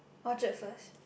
Orchard first